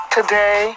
Today